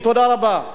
תודה רבה.